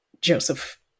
Joseph